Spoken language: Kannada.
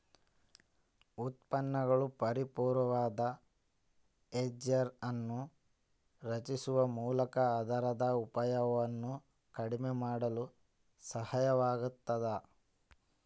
ಉತ್ಪನ್ನಗಳು ಪರಿಪೂರ್ಣವಾದ ಹೆಡ್ಜ್ ಅನ್ನು ರಚಿಸುವ ಮೂಲಕ ಆಧಾರದ ಅಪಾಯವನ್ನು ಕಡಿಮೆ ಮಾಡಲು ಸಹಾಯವಾಗತದ